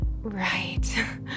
Right